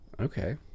Okay